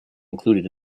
included